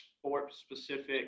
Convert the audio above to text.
sport-specific